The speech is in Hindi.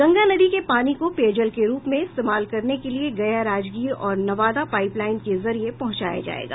गंगा नदी के पानी को पेय जल के रूप में इस्तेमाल करने के लिए गया राजगीर और नवादा पाईप लाईन के जरिये पहुंचाया जायेगा